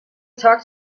talk